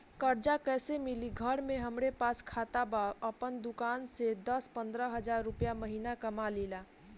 कर्जा कैसे मिली घर में हमरे पास खाता बा आपन दुकानसे दस पंद्रह हज़ार रुपया महीना कमा लीला?